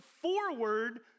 forward